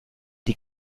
die